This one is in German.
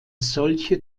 solche